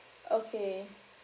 okay